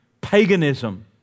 paganism